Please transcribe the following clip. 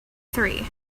three